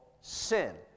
sin